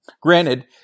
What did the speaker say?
Granted